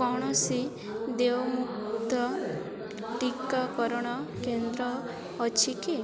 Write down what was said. କୌଣସି ଦେୟମୁକ୍ତ ଟିକାକରଣ କେନ୍ଦ୍ର ଅଛି କି